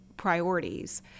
priorities